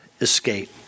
escape